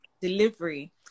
Delivery